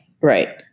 Right